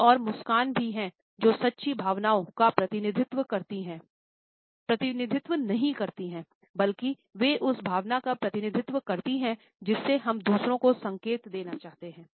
कुछ और मुस्कान भी हैं जो सच्ची भावनाओं का प्रतिनिधित्व नहीं करती है बल्कि वे उस भावना का प्रतिनिधित्व करती हैं जिससे हम दूसरों को संकेत देना चाहते हैं